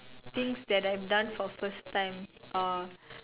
things that I've done for first time or